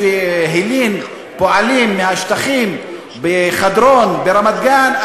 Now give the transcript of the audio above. מי שהלין פועלים מהשטחים בחדרון ברמת-גן,